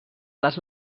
les